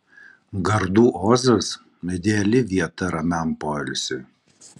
gardų ozas ideali vieta ramiam poilsiui